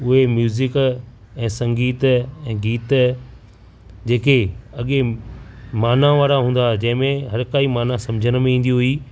उहे म्यूज़िक ऐं संगीत ऐं गीत जेके अॻे माना वारा हूंदा जंहिंमें हर काई माना सम्झण में ईंदी हुई